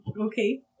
okay